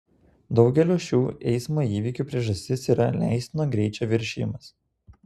daugelio šių eismo įvykių priežastis yra leistino greičio viršijimas